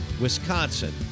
Wisconsin